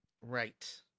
right